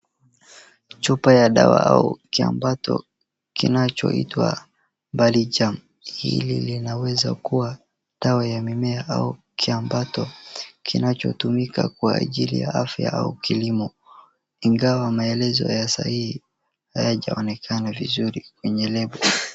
Chupa ya dawa au kiambato kinachoitwa Balijaam, hii inaweza kuwa dawa ya mimea au kiambato kinachotumika kwa ajili ya kilimo, ingawa maelezo ya sahihi hayajaonekana vizuri kwa label .